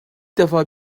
defa